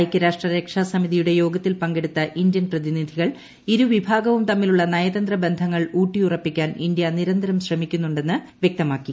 ഐക്യരാഷ്ട്ര രക്ഷാ സമിതിയുടെ യോഗത്തിൽ പങ്കെടുത്ത ഇന്ത്യൻ പ്രതിനിധികൾ ഇരു വിഭാഗവും തമ്മിലുള്ള നയതന്ത്ര ബന്ധങ്ങൾ ഉൌട്ടിയുറപ്പിക്കാൻ ഇന്ത്യ നിരന്തരം പരിശ്രമിക്കുന്നുണ്ടെന്ന് വൃക്തമാക്കി